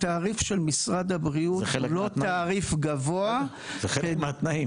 התעריף של משרד הבריאות הוא לא תעריף גבוה --- זה חלק מהתנאים.